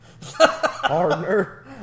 Partner